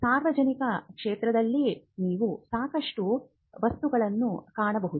ಸಾರ್ವಜನಿಕಕ್ಷೇತ್ರದಲ್ಲಿ ನೀವು ಸಾಕಷ್ಟು ವಸ್ತುಗಳನ್ನು ಕಾಣಬಹುದು